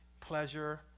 pleasure